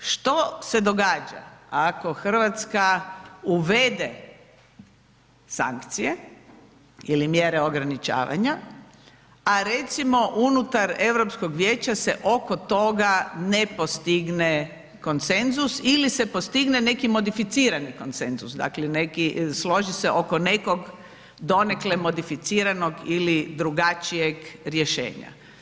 Što se događa ako RH uvede sankcije ili mjere ograničavanja, a recimo unutar Europskog vijeća se oko toga ne postigne konsenzus ili se postigne neki modificirani konsenzus, dakle, neki, složi se oko nekog donekle modificiranog ili drugačijeg rješenja.